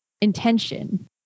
intention